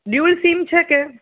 dual sim છે કે